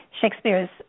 Shakespeare's